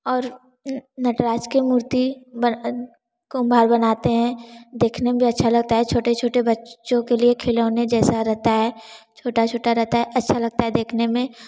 और नटराज की मूर्ति बन कुम्हार बनाते हैं देखने में भी अच्छा लगता है छोटे छोटे बच्चों के लिए खिलौने जैसा रहता है छोटा छोटा रहता है अच्छा लगता है देखने में